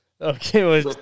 okay